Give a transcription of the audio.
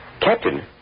Captain